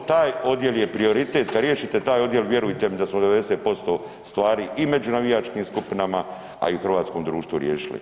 To, taj odjel je prioritet, kad riješite taj odjel vjerujte mi da smo 90% stvari i među navijačkim skupinama, a i u hrvatskom društvu riješili.